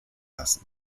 lassen